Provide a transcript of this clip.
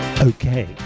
Okay